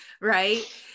right